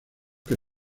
que